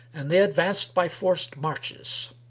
and they advanced by forced marches.